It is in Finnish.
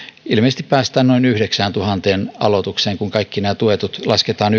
ilmeisesti päästään noin yhdeksääntuhanteen aloitukseen kun kaikki nämä tuetut lasketaan